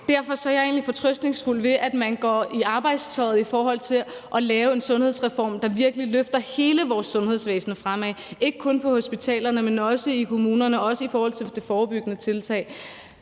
Derfor er jeg egentlig fortrøstningsfuld ved, at man trækker i arbejdstøjet i forhold til at lave en sundhedsreform, der virkelig løfter hele vores sundhedsvæsen fremad, ikke kun på hospitalerne, men også i kommunerne og også i forhold til de forebyggende tiltag.